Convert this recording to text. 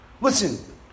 Listen